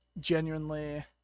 genuinely